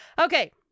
Okay